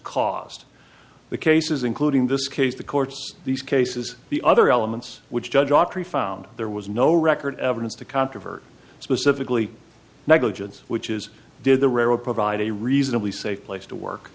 caused the cases including this case the courts these cases the other elements which judge autrey found there was no record evidence to controvert specifically negligence which is did the railroad provide a reasonably safe place to work